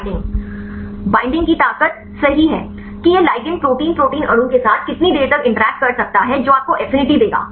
binding की ताकत सही है कि यह लिगैंड प्रोटीन प्रोटीन अणु के साथ कितनी देर तक इंटरैक्ट कर सकता है जो आपको एफिनिटी देगा